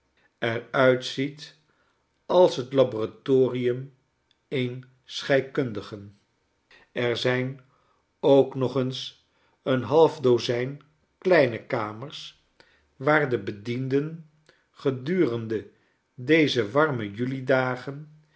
er uitziet als het laboratorium eens scheikundigen er zijn ook nog een half dozijn kleine kamers waar de bedienden gedurende deze warme julidagen